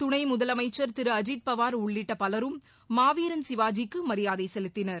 துணைமுதலமைச்சர் திருஅஜித்பவார் உள்ளிட்டபலரும் மாவீரன் சிவாஜிக்குமரியாதைசெலுத்தினர்